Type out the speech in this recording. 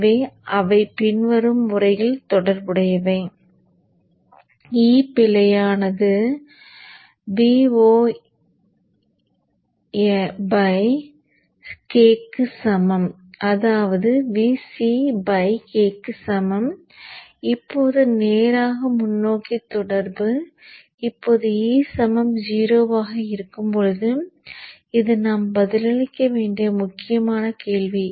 எனவே அவை பின்வரும் முறையில் தொடர்புடையவை e பிழையானது Vc k க்கு சமம் இப்போது நேராக முன்னோக்கி தொடர்பு இப்போது e 0 ஆக இருக்கும்போது இது நாம் பதிலளிக்க வேண்டிய முக்கியமான கேள்வி